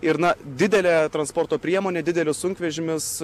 ir na didelę transporto priemonę didelius sunkvežimius